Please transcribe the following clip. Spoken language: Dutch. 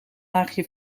laagje